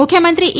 મુખ્યમંત્રી ઇ